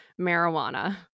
marijuana